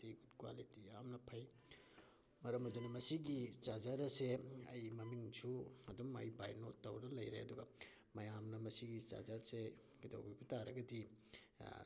quality ꯌꯥꯝꯅ ꯐꯩ ꯃꯔꯝ ꯑꯗꯨꯅ ꯃꯁꯤꯒꯤ ꯆꯥꯔꯖꯔ ꯑꯁꯦ ꯑꯩ ꯃꯃꯤꯡꯁꯨ ꯑꯗꯨꯝ ꯑꯩ ꯕꯥꯏꯅꯣꯠ ꯇꯧꯔꯒ ꯂꯩꯔꯦ ꯑꯗꯨꯒ ꯃꯌꯥꯝꯅ ꯃꯁꯤꯒꯤ ꯆꯥꯔꯖꯔꯁꯦ ꯀꯩꯗꯧꯕꯤꯕ ꯇꯥꯔꯒꯗꯤ